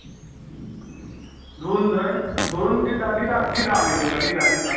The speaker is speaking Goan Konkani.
दोन न्हय दोन दिता दिता दिता आमी तुमकां दिता दिता